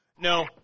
No